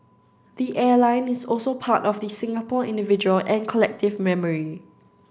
the airline is also part of the Singapore individual and collective memory